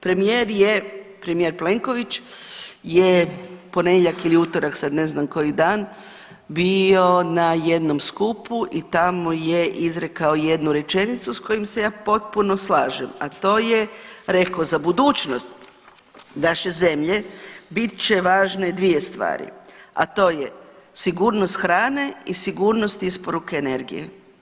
Premijer je, premijer Plenković je ponedjeljak ili utorak, sad ne znam koji dan bio na jednom skupu i tamo je izrekao jednu rečenicu s kojom se ja potpuno slažem, a to je rekao „Za budućnost naše zemlje bit će važne dvije stvari, a to je sigurnost hrane i sigurnost isporuke energije.